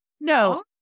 No